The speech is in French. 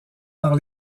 par